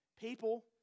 people